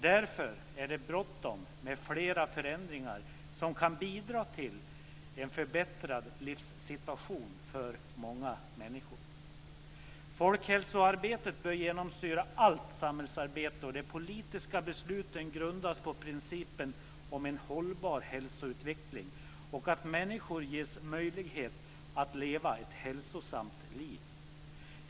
Därför är det bråttom med flera förändringar som kan bidra till en förbättrad livssituation för många människor. Folkhälsoarbetet bör genomsyra allt samhällsarbete och de politiska besluten grundas på principen om en hållbar hälsoutveckling och att människor ges möjlighet att leva ett hälsosamt liv.